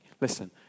Listen